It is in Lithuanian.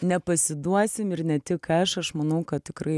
nepasiduosim ir ne tik aš aš manau kad tikrai